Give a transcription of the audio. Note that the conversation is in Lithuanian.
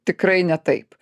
tikrai ne taip